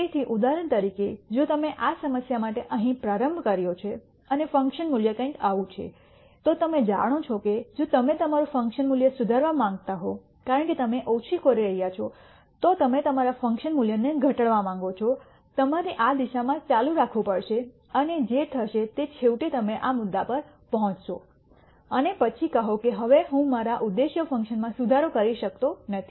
તેથી ઉદાહરણ તરીકે જો તમે આ સમસ્યા માટે અહીં પ્રારંભ કર્યો છે અને ફંકશન મૂલ્ય કંઈક આવું છે તો તમે જાણો છો કે જો તમે તમારું ફંકશન મૂલ્ય સુધારવા માંગતા હો કારણ કે તમે ઓછું કરી રહ્યાં છો તો તમે તમારા ફંકશન મૂલ્યને ઘટાડવા માંગો છો તમારે આ દિશામાં ચાલુ રાખવું પડશે અને જે થશે તે છેવટે તમે આ મુદ્દા પર પહોંચશો અને પછી કહો કે હવે હું મારા ઉદ્દેશ્ય ફંકશનમાં સુધારો કરી શકતો નથી